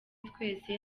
twese